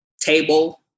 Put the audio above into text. table